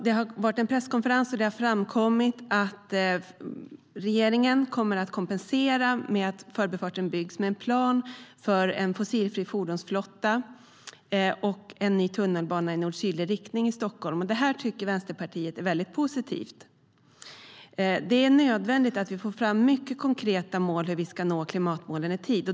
Det har varit en presskonferens, och det har framkommit att regeringen kommer att kompensera byggandet av Förbifarten med en plan för en fossilfri fordonsflotta och ny tunnelbana i nord-sydlig riktning i Stockholm. Detta tycker Vänsterpartiet är mycket positivt. Det är nödvändigt att vi får fram mycket konkreta mål för hur vi ska nå klimatmålen i tid.